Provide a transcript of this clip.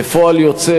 כפועל יוצא,